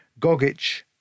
Gogic